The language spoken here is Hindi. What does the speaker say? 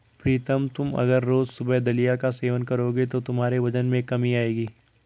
प्रीतम तुम अगर रोज सुबह दलिया का सेवन करोगे तो तुम्हारे वजन में कमी आएगी